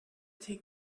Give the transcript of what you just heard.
take